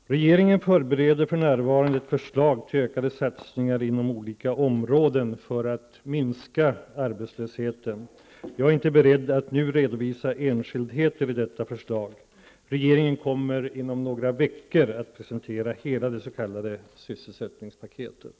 Herr talman! Regeringen förbereder för närvarande ett förslag till ökade satsningar inom olika områden för att minska arbetslösheten. Jag är inte beredd att nu redovisa enskildheter i detta förslag. Regeringen kommer inom några veckor att presentera hela det s.k. sysselsättningspaketet.